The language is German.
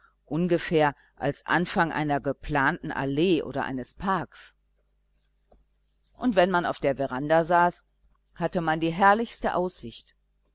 ungefähr als anfang einer geplanten allee oder eines parks und wenn man auf der veranda saß hatte man die herrlichste aussicht